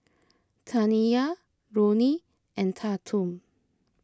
Taniyah Ronnie and Tatum